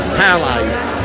Paralyzed